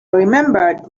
remembered